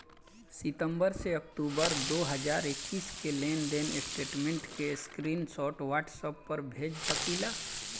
सितंबर से अक्टूबर दो हज़ार इक्कीस के लेनदेन स्टेटमेंट के स्क्रीनशाट व्हाट्सएप पर भेज सकीला?